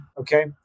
okay